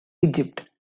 egypt